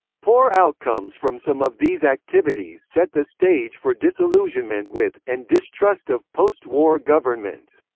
poor outcomes from some of these activities set the stage for disillusionment with, and distrust of, post-war governments.